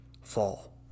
Fall